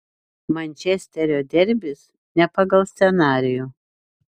mančesterio derbis ne pagal scenarijų